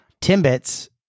timbits